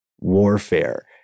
warfare